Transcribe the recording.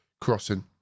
crossing